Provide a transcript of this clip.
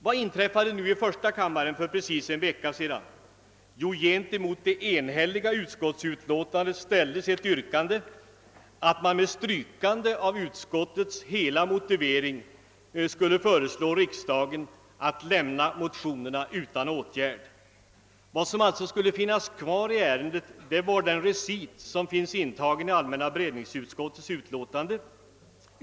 Vad inträffade i första kammaren för precis en vecka sedan? Jo, gentemot det enhälliga utskottsutlåtandet ställdes ett yrkande att man med strykande av utskottets hela motivering skulle föreslå riksdagen att lämna motionerna utan åtgärd. Vad som alltså skulle finnas kvar i ärendet skulle vara den recit som finns intagen i allmänna beredningsutskottets utlåtande.